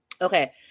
Okay